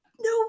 no